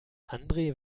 andre